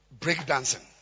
breakdancing